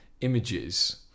images